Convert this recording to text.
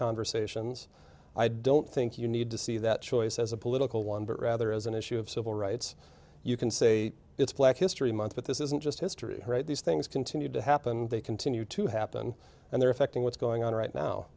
conversations i don't think you to see that choice as a political one but rather as an issue of civil rights you can say it's black history month but this isn't just history these things continue to happen they continue to happen and they're affecting what's going on right now